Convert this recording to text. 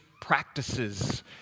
practices